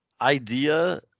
idea